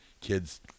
kids